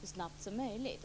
så snabbt som möjligt.